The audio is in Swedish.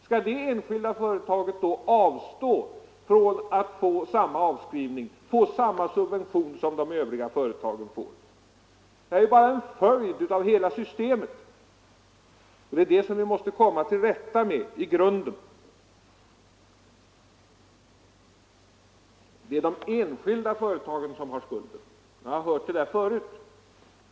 Skall det enskilda företaget då avstå från att få samma avskrivning, samma subvention som de övriga företagen får? Det här är ju bara en följd av hela systemet, och det är det som vi måste komma till rätta med i grunden. ”Det är de enskilda företagen som har skulden.” Jag har hört det där förut.